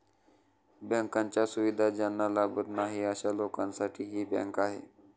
बँकांच्या सुविधा ज्यांना लाभत नाही अशा लोकांसाठी ही बँक आहे